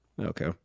Okay